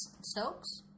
Stokes